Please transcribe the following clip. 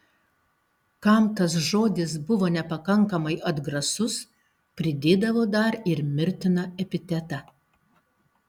kam tas žodis buvo nepakankamai atgrasus pridėdavo dar ir mirtiną epitetą